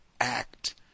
act